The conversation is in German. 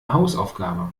hausaufgabe